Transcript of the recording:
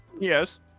yes